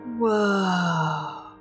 Whoa